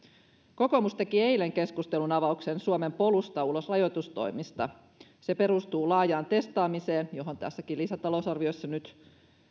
kokoomus teki eilen keskustelunavauksen suomen polusta ulos rajoitustoimista se perustuu laajaan testaamiseen johon tässäkin lisätalousarviossa nyt